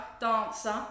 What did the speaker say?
dancer